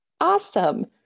Awesome